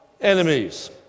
enemies